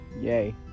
yay